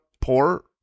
poor